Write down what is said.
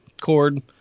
cord